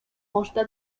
consta